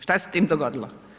Šta se s tim dogodilo?